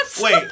wait